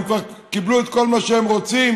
הם כבר קיבלו את כל מה שהם רוצים.